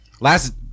last